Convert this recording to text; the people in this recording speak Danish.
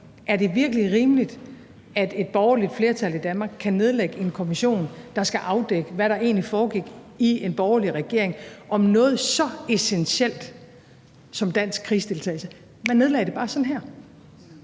Er det virkelig rimeligt, at et borgerligt flertal i Danmark kan nedlægge en kommission, der skal afdække, hvad der egentlig foregik i en borgerlig regering om noget så essentielt som dansk krigsdeltagelse? Man nedlagde den bare med et